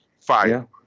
Fire